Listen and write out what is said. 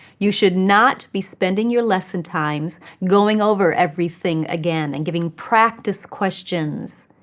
you should not be spending your lesson times going over everything again and giving practice questions.